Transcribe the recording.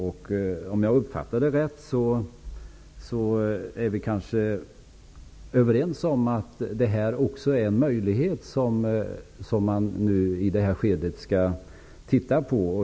Om jag uppfattade vad Bo Lundgren sade rätt är vi kanske överens om att detta är en möjlighet som man i det här skedet skall titta på.